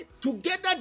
together